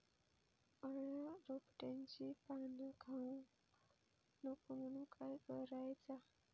अळ्या रोपट्यांची पाना खाऊक नको म्हणून काय करायचा?